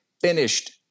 finished